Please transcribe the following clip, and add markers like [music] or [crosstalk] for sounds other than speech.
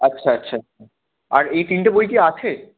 আচ্ছা আচ্ছা [unintelligible] আর এই তিনটে বই কি আছে